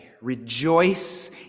rejoice